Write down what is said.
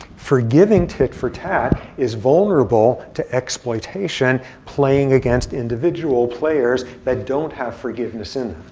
forgiving tit for tat is vulnerable to exploitation playing against individual players that don't have forgiveness in